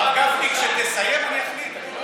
מר גפני, כאשר תסיים אני אחליט.